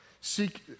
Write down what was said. seek